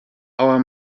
our